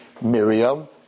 Miriam